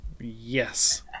Yes